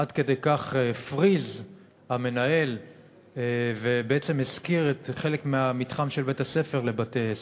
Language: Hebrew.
עד כדי כך הפריז המנהל ובעצם השכיר חלק מהמתחם של בית-הספר לבתי-עסק.